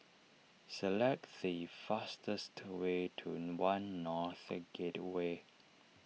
select the fastest to way to one North Gateway